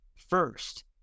First